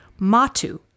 Matu